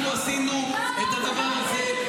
אנחנו עשינו את הדבר הזה.